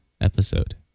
episode